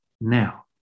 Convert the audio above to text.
now